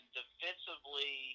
defensively